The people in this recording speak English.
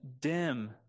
dim